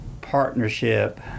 partnership